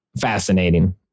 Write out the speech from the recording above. fascinating